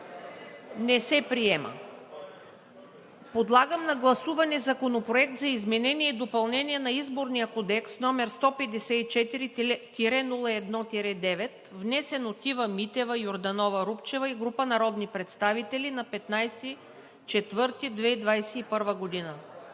Не се приема. Подлагам на гласуване Законопроект за изменение и допълнение на Изборния кодекс, № 154-01-9, внесен от Ива Митева и група народни представители на 15 април 2021 г.